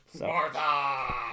Martha